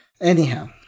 Anyhow